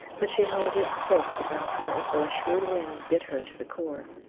but she held it close about her as though a shrewd wind bit her to the core.